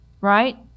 Right